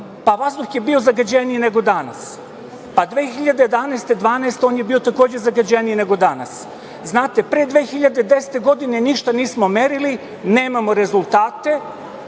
Pa, vazduh je bio zagađeniji nego danas. Pa, 2011, 2012. godine, on je bio takođe zagađeniji nego danas. Znate, pre 2010. godine, ništa nismo merili, nemamo rezultate